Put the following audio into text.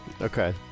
Okay